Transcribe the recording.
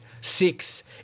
six